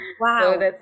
Wow